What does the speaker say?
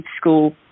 school